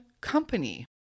company